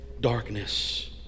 darkness